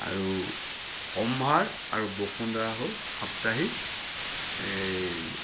আৰু সম্ভাৰ আৰু বসুন্ধৰা হ'ল সাপ্তাহিক